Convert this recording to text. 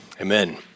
amen